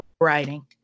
writing